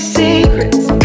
secrets